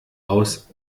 aus